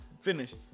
Finish